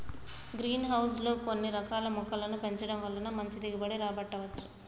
green house లో కొన్ని రకాల మొక్కలను పెంచడం వలన మంచి దిగుబడి రాబట్టవచ్చు